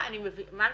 מלכי,